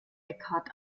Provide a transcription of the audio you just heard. eckhart